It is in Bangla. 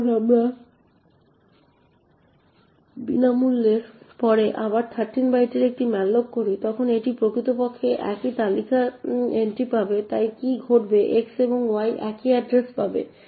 যখন আমরা এই বিনামূল্যের পরে আবার 13 বাইটের একটি malloc করি তখন এটি প্রকৃতপক্ষে একই তালিকা এন্ট্রি পাবে তাই কি ঘটবে x এবং y একই এড্রেস পাবে